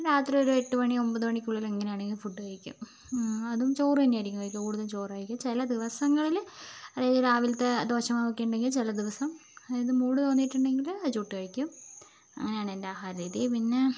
രാത്രി ഒരു എട്ട് മണി ഒൻപത് മണിക്കുള്ളിൽ എങ്ങനെയാണെങ്കിലും ഫുഡ് കഴിക്കും അതും ചോറു തന്നെ ആയിരിക്കും കഴിക്കുക കൂടുതലും ചോറു ആയിരിക്കും ചില ദിവസങ്ങളില് രാവിലത്തെ ദോശ മാവൊക്കെ ഉണ്ടെങ്കിൽ ചില ദിവസം അതായത് മൂഡ് തോന്നിയിട്ടുണ്ടെങ്കിൽ അത് ചുട്ട് കഴിക്കും അങ്ങനെയാണ് എൻ്റെ ആഹാരരീതി പിന്നെ